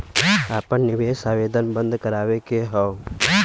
आपन निवेश आवेदन बन्द करावे के हौ?